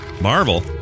Marvel